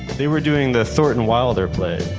they were doing the thornton wilder play,